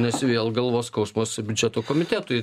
nes vėl galvos skausmas biudžeto komitetui